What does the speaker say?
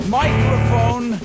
microphone